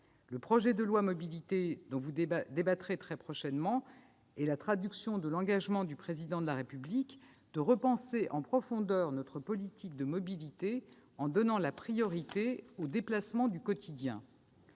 Le projet de loi Mobilités, dont vous débattrez très prochainement, est la traduction de l'engagement du Président de la République de repenser en profondeur notre politique de mobilité en donnant la priorité aux déplacements du quotidien.